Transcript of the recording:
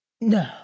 No